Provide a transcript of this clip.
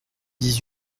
dix